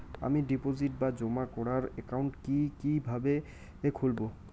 আমি ডিপোজিট বা জমা করার একাউন্ট কি কিভাবে খুলবো?